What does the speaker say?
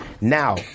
Now